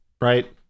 right